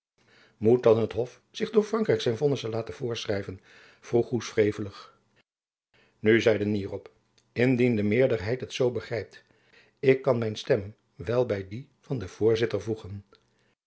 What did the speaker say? moet dan het hof zich door frankrijk zijn vonnissen laten voorschrijven vroeg goes wrevelig nu zeide nierop indien de meerderheid het zoo begrijpt ik kan mijn stem wel by die van den voorzitter voegen